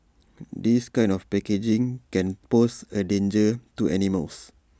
this kind of packaging can pose A danger to animals